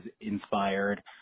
inspired